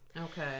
okay